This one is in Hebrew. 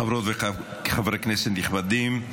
חברות וחברי כנסת נכבדים,